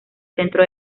centro